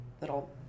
little